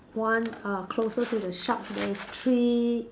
one uh closer to the shark there is three